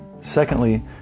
Secondly